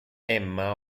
emma